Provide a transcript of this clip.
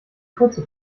kurze